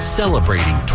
celebrating